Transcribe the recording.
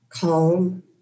Calm